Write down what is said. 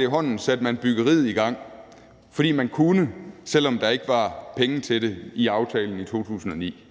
i hånden byggeriet i gang, altså fordi man kunne, selv om der ikke var penge til det i aftalen i 2009.